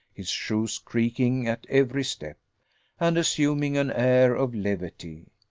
his shoes creaking at every step and assuming an air of levity,